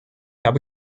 habe